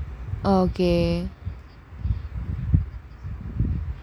okay